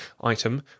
Item